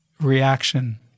reaction